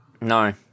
No